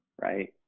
right